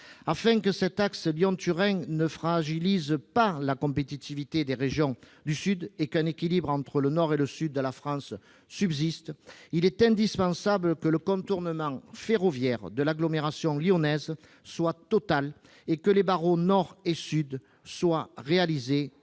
Afin que cet axe Lyon-Turin ne fragilise pas la compétitivité des régions du sud et qu'un équilibre entre le nord et le sud de la France subsiste, il est indispensable que le contournement ferroviaire de l'agglomération lyonnaise soit total et que les barreaux nord et sud soient réalisés concomitamment.